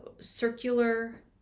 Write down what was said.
circular